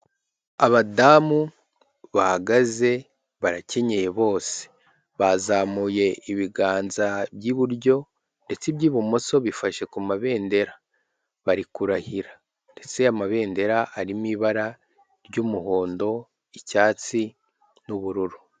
Abadamu bahagaze, barakenyeye bose. Bazamuye ibiganza by'iburyo ndetse iby'ibumoso bifashe ku mabendera. Bari kurahira ndetse amabendera arimo ibara ry'umuhondo, icyatsi n'ubururu.